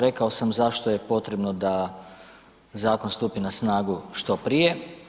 Rekao sam zašto je potrebno da zakon stupi na snagu što prije.